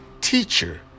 Teacher